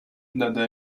data